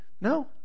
No